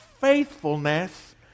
faithfulness